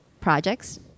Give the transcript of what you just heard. projects